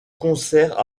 concert